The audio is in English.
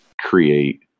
create